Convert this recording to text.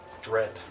dread